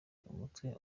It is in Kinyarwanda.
umutwe